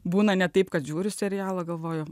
būna ne taip kad žiūriu serialą galvoju